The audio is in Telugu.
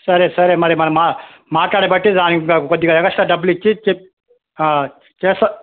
సరే సరే మరి మనం మ మాట్లాడే బట్టి దానికి ఇంకా కొద్దిగా ఎగస్ట్రా డబ్బులిచ్చి చెప్ చేస్తా